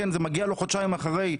זה מגיע אליו חודשיים אחרי,